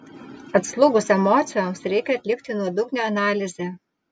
atslūgus emocijoms reikia atlikti nuodugnią analizę